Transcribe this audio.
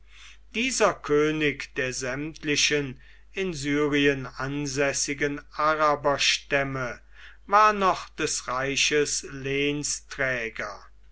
dieser könig der sämtlichen in syrien ansässigen araberstämme war noch des reiches